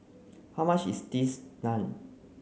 how much is these naan